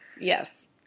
Yes